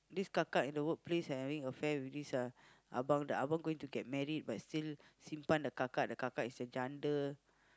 this kakak in the workplace having affair with this uh abang the abang going to get married but still simpan the kakak the kakak is a janda